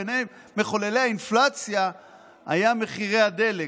בין מחוללי האינפלציה היה מחיר הדלק,